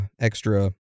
extra